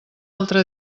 altra